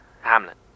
Hamlet